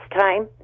time